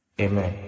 Amen